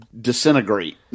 disintegrate